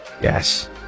Yes